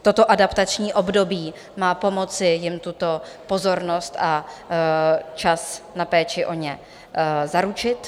Toto adaptační období má pomoci jim tuto pozornost a čas na péči o ně zaručit.